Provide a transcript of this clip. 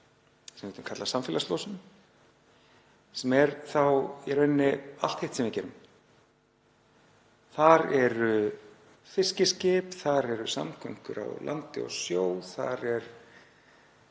stundum kallað samfélagslosun, sem er þá í rauninni allt hitt sem við gerum. Þar eru fiskiskip, samgöngur á landi og sjó, losun